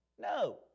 No